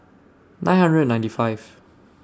nine hundred ninety five